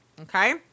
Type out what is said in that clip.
Okay